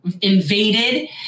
invaded